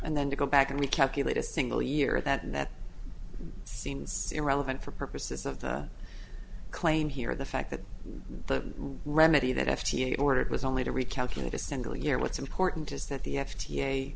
and then you go back and we calculate a single year that that seems irrelevant for purposes of the claim here the fact that the remedy that f d a ordered was only to recalculate a single year what's important is that the f